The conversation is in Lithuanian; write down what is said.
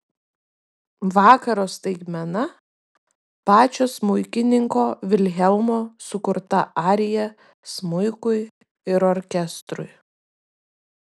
vakaro staigmena pačio smuikininko vilhelmo sukurta arija smuikui ir orkestrui